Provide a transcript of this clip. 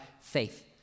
faith